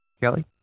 Kelly